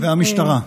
והמשטרה ושב"כ.